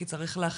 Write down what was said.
כי צריך להחליט,